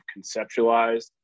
conceptualized